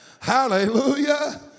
hallelujah